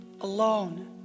alone